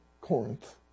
Corinth